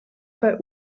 bei